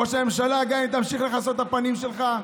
ראש הממשלה, גם אם תמשיך לכסות את הפנים שלך,